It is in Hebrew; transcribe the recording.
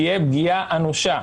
תהיה פגיעה אנושה.